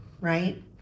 right